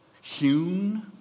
hewn